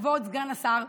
כבוד סגן השר,